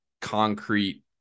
concrete